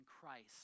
Christ